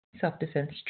Self-defense